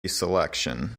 selection